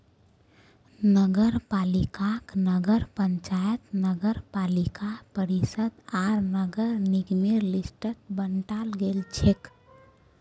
नगरपालिकाक नगर पंचायत नगरपालिका परिषद आर नगर निगमेर लिस्टत बंटाल गेलछेक